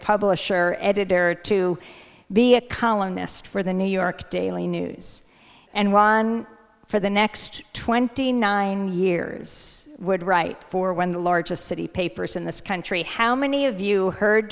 publisher editor to be a columnist for the new york daily news and one for the next twenty nine years would write for when the largest city papers in this country how many of you heard